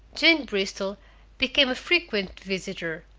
jane bristol became a frequent visitor,